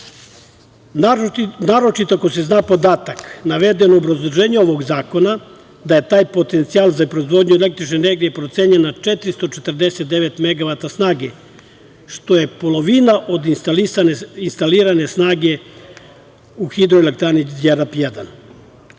Naročito ako se zna podatak naveden u obrazloženju ovog zakona, da je taj potencijal za proizvodnju električne energije procenjen na 449 megavata snage, što je polovina od instalirane snage u hidroelektrani